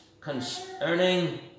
concerning